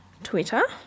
Twitter